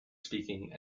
speaking